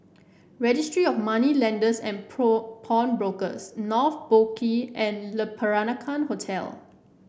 Registry of Moneylenders and Pawnbrokers North Boat Quay and Le Peranakan Hotel